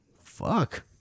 Fuck